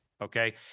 Okay